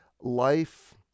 life